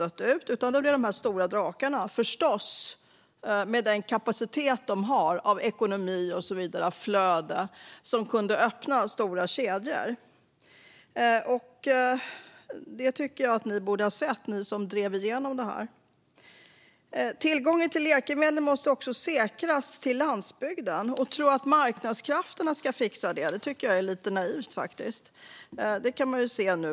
Det blev förstås i stället de stora drakarna, med sin kapacitet när det gäller ekonomi, flöde och så vidare, som kunde öppna stora kedjor. Det borde ni som drev igenom detta ha sett. Tillgången till läkemedel måste säkras även på landsbygden. Att tro att marknadskrafterna ska fixa det tycker jag är lite naivt. Det kan man se nu.